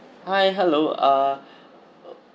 hi hello uh uh